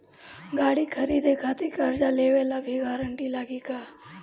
गाड़ी खरीदे खातिर कर्जा लेवे ला भी गारंटी लागी का?